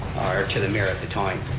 or to the mayor at the time.